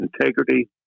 integrity